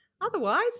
otherwise